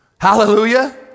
Hallelujah